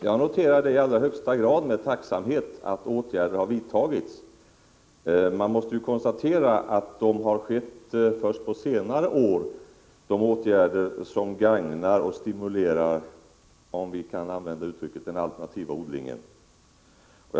Herr talman! Det är i allra högsta grad med tacksamhet som jag noterar att åtgärder har vidtagits. Vi måste emellertid konstatera att det är först under senare år som insatser har gjorts som gagnar och stimulerar den alternativa odlingen, om jag kan använda det uttrycket.